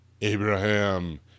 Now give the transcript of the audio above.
Abraham